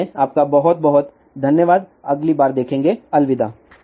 इसलिए आपका बहुत बहुत धन्यवाद अगली बार देखेंगे अलविदा